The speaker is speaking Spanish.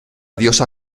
diosa